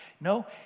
no